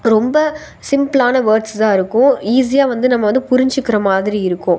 ரொம்ப சிம்பிளான வேர்ட்ஸ் தான் இருக்கும் ஈஸியாக வந்து நம்ம வந்து புரிஞ்சுக்கிற மாதிரி இருக்கும்